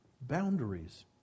Boundaries